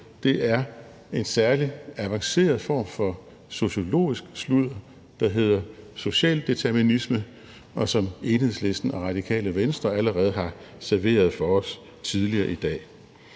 det er en særlig avanceret form for sociologisk sludder, der hedder socialdeterminisme, og som Enhedslisten og Radikale Venstre allerede har serveret for os tidligere i dag.